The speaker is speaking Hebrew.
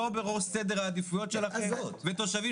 לא בראש סדר העדיפויות שלכם ותושבים